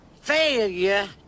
failure